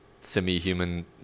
semi-human